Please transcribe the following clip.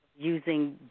using